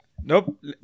Nope